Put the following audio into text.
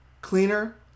Cleaner